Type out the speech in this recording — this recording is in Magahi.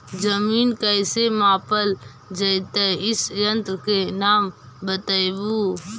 जमीन कैसे मापल जयतय इस यन्त्र के नाम बतयबु?